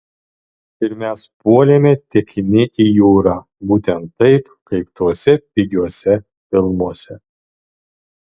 ir mes puolėme tekini į jūrą būtent taip kaip tuose pigiuose filmuose